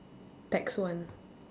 tax one